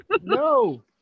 No